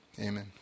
Amen